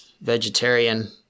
Vegetarian